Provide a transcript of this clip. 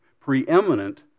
preeminent